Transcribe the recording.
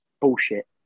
bullshit